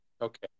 Okay